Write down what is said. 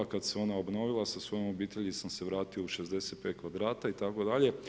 Kada se ona obnovila sa svojom obitelji sam se vratio u 65 kvadrata itd.